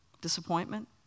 Disappointment